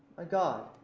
my god,